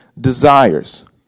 desires